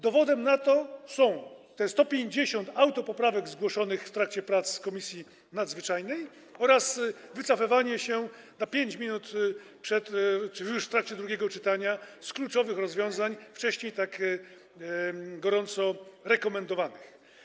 Dowodem na to jest 150 autopoprawek zgłoszonych w trakcie prac Komisji Nadzwyczajnej oraz wycofywanie się na 5 minut przed drugim czytaniem czy już w trakcie drugiego czytania z kluczowych rozwiązań, wcześniej tak gorąco rekomendowanych.